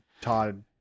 Todd